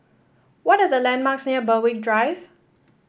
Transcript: what are the landmarks near Berwick Drive